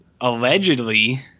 allegedly